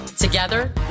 Together